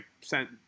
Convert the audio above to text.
sent